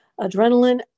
adrenaline